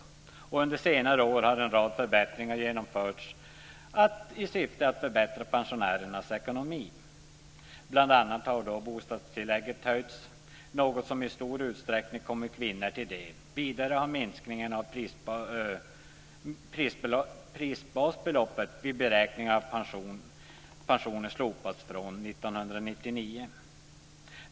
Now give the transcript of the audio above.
Och under senare år har en rad förbättringar genomförts i syfte att förbättra pensionärernas ekonomi. Bl.a. har bostadstillägget höjts, något som i stor utsträckning kommer kvinnor till del. Vidare har minskningen av prisbasbeloppet vid beräkning av pensioner slopats fr.o.m. 1999.